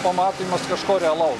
pamatymas kažko realaus